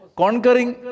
conquering